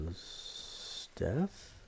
Steph